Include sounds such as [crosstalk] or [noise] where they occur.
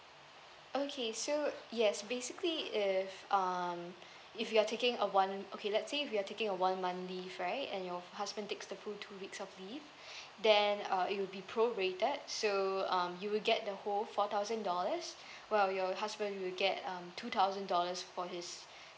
okay so yes basically if um if you are taking a one okay let's say if you're taking a one month leave right and your husband takes the full two weeks of leave [breath] then uh it will be prorated so um you will get the whole four thousand dollars well your husband will get um two thousand dollars for his